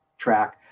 track